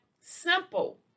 simple